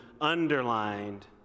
underlined